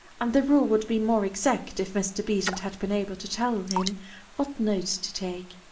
and the rule would be more exact, if mr. besant had been able to tell him what notes to take.